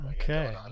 Okay